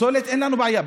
בפסולת אין לנו בעיה.